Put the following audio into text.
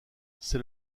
c’est